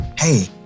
hey